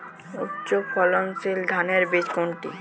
উচ্চ ফলনশীল ধানের বীজ কোনটি?